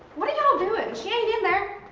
what are ya'll doing, she ain't in there.